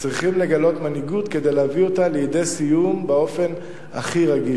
צריכים לגלות מנהיגות כדי להביא אותה לידי סיום באופן הכי רגיש.